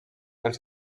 els